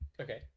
Okay